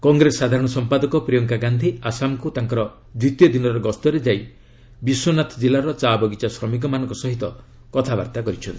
କଂଗ୍ରେସ ସାଧାରଣ ସମ୍ପାଦକ ପ୍ରିୟଙ୍କା ଗାନ୍ଧୀ ଆସାମକୁ ତାଙ୍କର ଦ୍ୱିତୀୟ ଦିନର ଗସ୍ତରେ ଯାଇ ବିଶ୍ୱନାଥ ଜିଲ୍ଲାର ଚା'ବଗିଚା ଶ୍ରମିକମାନଙ୍କ ସହ କଥାବାର୍ତ୍ତା କରିଛନ୍ତି